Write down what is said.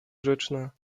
grzeczna